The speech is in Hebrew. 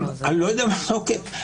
אני לא יודע מה זה עוקף.